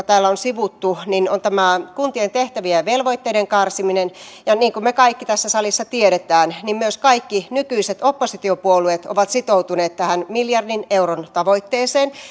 täällä on sivuttu on kuntien tehtävien ja velvoitteiden karsiminen ja niin kuin me kaikki tässä salissa tiedämme myös kaikki nykyiset oppositiopuolueet ovat sitoutuneet tähän miljardin euron tavoitteeseen